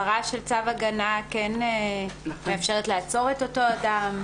הפרה של צו הגנה כן מאפשרת לעצור את אותו אדם.